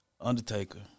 Undertaker